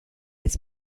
its